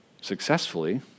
successfully